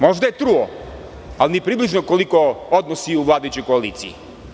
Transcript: Možda je truo, ali ni približno koliko odnosi u vladajućoj koaliciji.